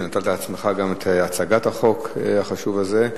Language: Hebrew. שנטלת על עצמך גם את הצגת החוק החשוב הזה.